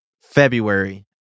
February